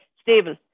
stable